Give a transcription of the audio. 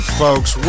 folks